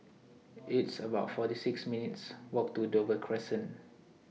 It's about forty six minutes' Walk to Dover Crescent